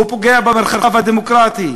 הוא פוגע במרחב הדמוקרטי,